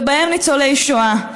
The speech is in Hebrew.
ובהם ניצולי שואה,